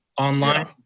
online